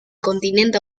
continente